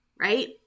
right